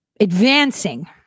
advancing